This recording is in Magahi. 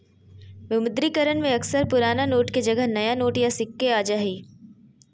विमुद्रीकरण में अक्सर पुराना नोट के जगह नया नोट या सिक्के आ जा हइ